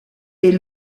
est